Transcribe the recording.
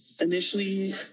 Initially